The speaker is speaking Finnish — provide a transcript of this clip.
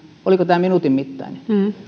oliko tämä minuutin mittainen